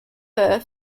her